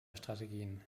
strategien